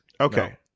Okay